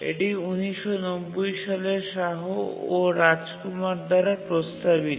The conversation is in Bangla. এটি ১৯৯০ সালে শাহ ও রাজকুমার দ্বারা প্রস্তাবিত